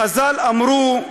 חז"ל אמרו: